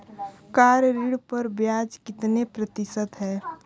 Car ऋण पर ब्याज कितने प्रतिशत है?